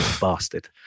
bastard